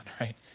Right